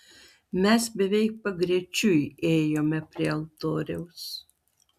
mes beveik pagrečiui ėjome prie altoriaus